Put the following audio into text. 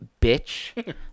bitch